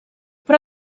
però